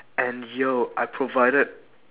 and yo I provided